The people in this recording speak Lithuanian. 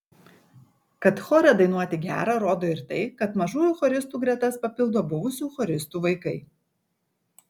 kad chore dainuoti gera rodo ir tai kad mažųjų choristų gretas papildo buvusių choristų vaikai